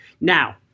Now